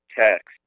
text